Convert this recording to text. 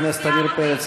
חבר הכנסת עמיר פרץ.